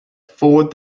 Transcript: forward